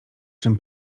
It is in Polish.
czym